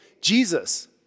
Jesus